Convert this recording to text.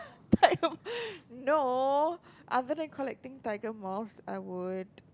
no other than collecting Tiger moths I would